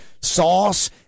sauce